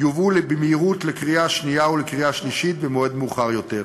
יובאו במהירות לקריאה השנייה ולקריאה השלישית במועד מאוחר יותר.